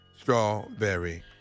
Strawberry